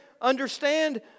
Understand